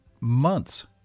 months